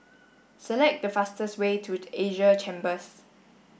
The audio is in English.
select the fastest way to Asia Chambers